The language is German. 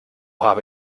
habe